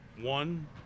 one